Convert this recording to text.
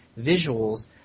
visuals